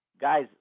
guys